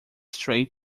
straight